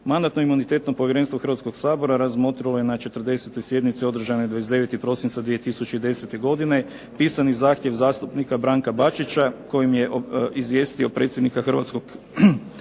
Mandatno-imunitetno povjerenstvo Hrvatskog sabora razmotrilo je na 40. sjednici održanoj 29. prosinca 2010. godine pisani zahtjev zastupnika Branka Bačića, kojim je izvijestio predsjednika Hrvatskog sabora